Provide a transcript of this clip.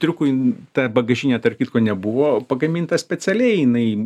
triukui ta bagažinė tarp kitko nebuvo pagaminta specialiai jinai